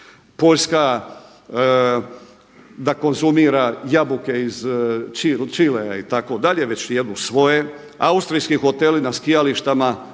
Poljska da konzumira jabuke iz Čilea itd. već jedu svoje. Austrijski hoteli na skijalištima